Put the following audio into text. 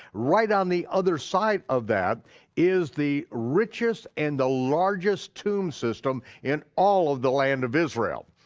right on the other side of that is the richest and the largest tomb system in all of the land of israel.